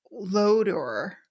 lodor